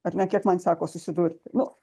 ar ne kiek man teko susidurti nu